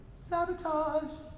Sabotage